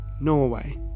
Norway